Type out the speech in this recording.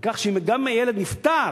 כך שגם אם הילד נפטר,